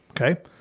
Okay